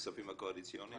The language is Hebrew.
הכספים הקואליציוניים?